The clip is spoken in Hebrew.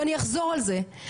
ואני אחזור על זה,